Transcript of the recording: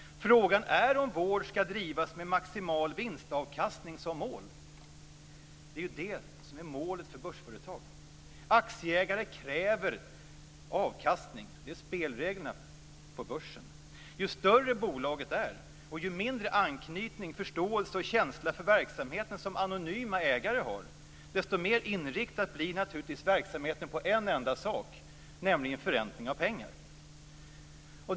Frågan är om vård ska drivas med maximal vinstavkastning som mål. Det är ju det som är målet för börsföretag. Aktieägare kräver avkastning. Det är spelreglerna på börsen. Ju större bolaget är och ju mindre anknytning, förståelse och känsla för verksamheten som anonyma ägare har desto mer inriktad blir naturligtvis verksamheten på en enda sak, nämligen förräntningen av pengar.